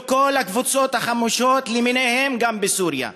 כל הקבוצות החמושות למיניהן גם בסוריה,